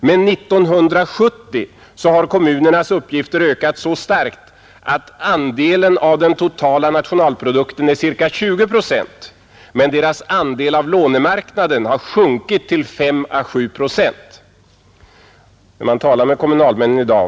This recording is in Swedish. Men 1970 har kommunernas uppgifter ökat så starkt att andelen av den totala nationalprodukten är ca 20 procent, men deras andel av lånemarknaden har sjunkit till 5 47 procent. Vad får man höra när man talar med kommunalmännen i dag?